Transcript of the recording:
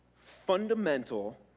Fundamental